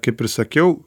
kaip ir sakiau